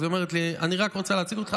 אז היא אומרת לי: אני רק רוצה להציג אותך,